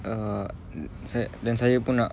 err saya dan saya pun nak